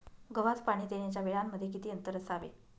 गव्हास पाणी देण्याच्या वेळांमध्ये किती अंतर असावे?